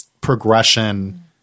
progression